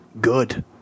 good